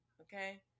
okay